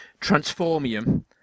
Transformium